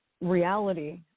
reality